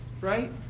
right